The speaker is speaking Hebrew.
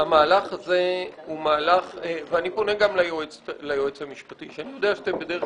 פונה גם ליועץ המשפטי אני יודע שאתם בדרך